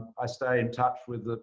i stay in touch with